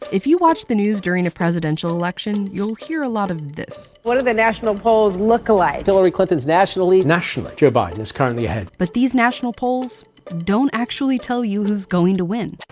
if you watch the news during a presidential election, you'll hear a lot of this what do the national polls look like? hillary clinton's national lead, nationally, joe biden is currently ahead. but these national polls don't actually tell you who's going to win.